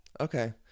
Okay